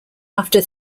after